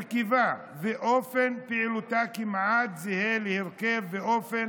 הרכבה, ואופן פעילותה, כמעט זהה להרכב ואופן